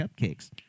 cupcakes